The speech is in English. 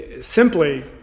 simply